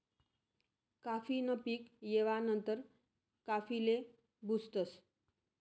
काफी न पीक येवा नंतर काफीले भुजतस